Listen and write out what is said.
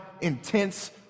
intense